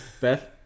Beth